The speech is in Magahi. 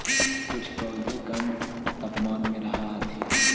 कुछ पौधे कम तापमान में रहथिन